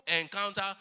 encounter